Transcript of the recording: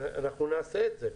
אנחנו נעשה את זה.